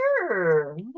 sure